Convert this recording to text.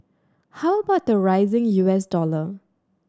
how about the rising U S dollar